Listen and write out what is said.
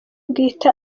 bwite